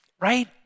right